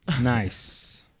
Nice